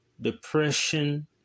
Depression